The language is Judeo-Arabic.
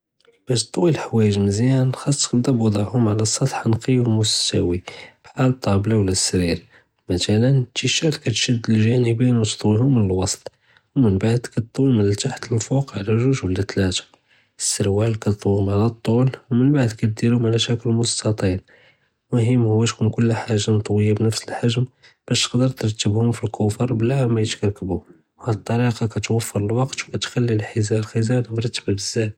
בּאש תְּטַוּי אלחְוָايְיגּ מְזִיַאן חָאסכּ תּוֹדַעְהוּם עַל סַטַּח נָקִי וּמֻסְתָּוִי בּחַל אֶלְטַּאבְּלָה וּלָא אֶלְסֵּרִיר, מִתְ'אַלָּא אֶתִּישִׁירְת כּתְשַד אֶלְגַּאנְבַּיִן וּתְּטַוּיְיהוּם מִן אֶלְוֻסְטּ וּמִמבַּעְד כּתְטַוּי מִן אֶלְתַּחְתּ לֶלְפוּקּ עַל גּוּג וּלָא תְּלָאתָה, אֶלסְּרוּאַל כּתְטַוּיְיהוּם עַל אֶלְטּוּל וּמִמבַּעְד דִּירוֹהוּם עַל שְׁכֶּל מֻסְתַּטִּיל, מֻהִם הוּא תְּקוּן כֻּלּ שַׁי מְטּוּיַה בְּנַפְס אֶלְחַגַּ'ם בַּאש תְּקַדֶּר תְּרַתְּבְּהוּם פִי אֶלכּוֹפֶּר בְּלָא מָא יִתְכַּרְכְּבוּ וְהָאדּ אַלטְּרִיקָּה כּתּוַפַּר אֶלְזְּוַאּג וּכּתְחַלִּי אֶלְחַ'זַּאנַה מְרַתַּּבָּה בּזַאף.